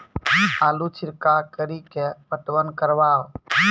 आलू छिरका कड़ी के पटवन करवा?